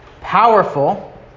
powerful